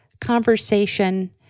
conversation